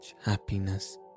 happiness